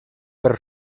per